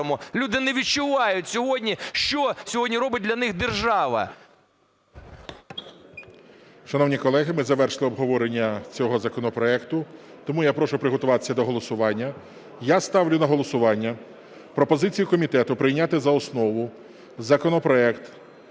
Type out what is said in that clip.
Люди не відчувають сьогодні, що сьогодні робить для них держава. ГОЛОВУЮЧИЙ. Шановні колеги, ми завершили обговорення цього законопроекту, тому я прошу приготуватися до голосування. Я ставлю на голосування пропозицію комітету прийняти за основу законопроект